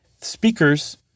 speakers